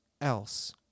else